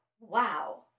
wow